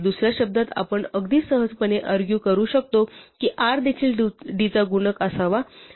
दुसऱ्या शब्दांत आपण अगदी सहजपणे अर्ग्यु करू शकतो की r देखील d चा गुणक असावा